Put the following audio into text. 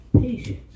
patience